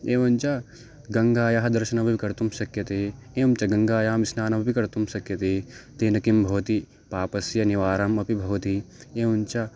एवञ्च गङायाः दर्शन्मपि कर्तुं शक्यते एवं च गङायां स्नानमपि कर्तुं शक्यते तेन किं भवति पापस्य निवारणम् अपि भवति एवञ्च